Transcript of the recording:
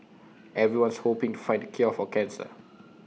everyone's hoping to find the cure for cancer